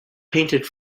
painted